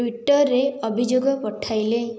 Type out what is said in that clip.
ଟ୍ୱିଟରରେ ଅଭିଯୋଗ ପଠାଇଲେ